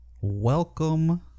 Welcome